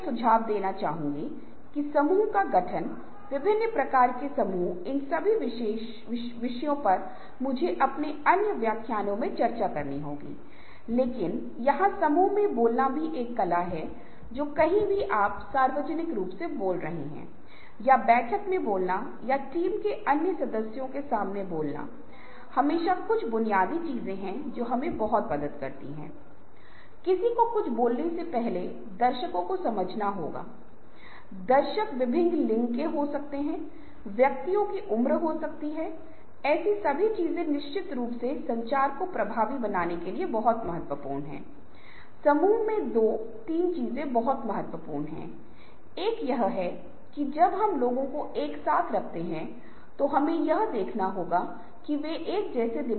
हर कोई चाहता है कि समय का प्रबंधन करने के लिए कई बाधाएं हैं और यदि आपका लक्ष्य स्पष्ट नहीं हैआप क्या करने जा रहे हैं और आपके उद्देश्य स्पष्ट नहीं हैं तो आप प्रभावी रूप से समय का प्रबंधन नहीं कर सकते क्योंकि आप नहीं जानते कि मैं क्या करने जा रहा हूं और यदि हम अव्यवस्थित हैं यदि आपने अपना कार्य और समय व्यवस्थित नहीं किया है तो आप विभिन्न कार्यों के लिए समय का आवंटन नहीं कर सकते हैं और एक प्रमुख बाधा या समय प्रबंधन में एक प्रमुख मुद्दा यह है कि कुछ लोग वे होते हैं भले ही जब कार्य उन्हें सौंपा जाए तो वे हां कहते हैं